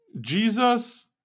Jesus